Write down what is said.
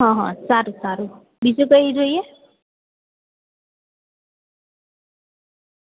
હં હં સારું સારું બીજું કંઈ જોઈએ